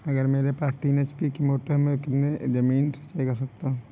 अगर मेरे पास तीन एच.पी की मोटर है तो मैं कितने एकड़ ज़मीन की सिंचाई कर सकता हूँ?